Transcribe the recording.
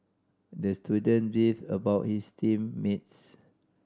the student beefed about his team mates